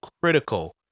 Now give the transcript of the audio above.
critical